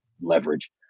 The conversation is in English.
leverage